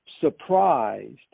surprised